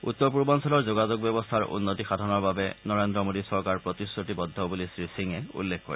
উত্তৰ পূৰ্বাঞ্চলৰ যোগাযোগ ব্যৱস্থাৰ উন্নতি সাধনৰ বাবে নৰেন্দ্ৰ মোডী চৰকাৰ প্ৰতিশ্ৰতিবদ্ধ বুলি শ্ৰীসিঙে উল্লেখ কৰে